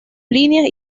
líneas